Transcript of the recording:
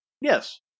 Yes